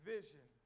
Vision